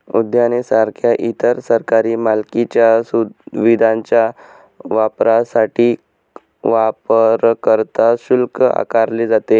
उद्याने सारख्या इतर सरकारी मालकीच्या सुविधांच्या वापरासाठी वापरकर्ता शुल्क आकारले जाते